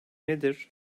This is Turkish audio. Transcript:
nedir